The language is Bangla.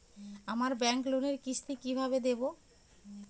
আমার ব্যাংক লোনের কিস্তি কি কিভাবে দেবো?